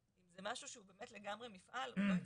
ומשהו שהוא באמת לגמרי מפעל הוא לא יצטרך.